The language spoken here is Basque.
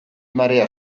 marea